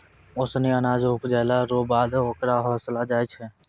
ओसानी अनाज उपजैला रो बाद होकरा ओसैलो जाय छै